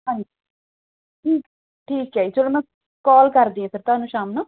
ਹਾਂਜੀ ਠੀਕ ਹੈ ਚਲੋ ਮੈਂ ਕੋਲ ਕਰਦੀ ਆ ਫਿਰ ਤੁਹਾਨੂੰ ਸ਼ਾਮ ਨੂੰ